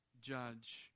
judge